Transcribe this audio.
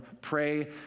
pray